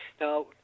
Now